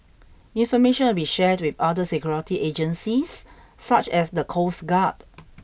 information will be shared with other security agencies such as the coast guard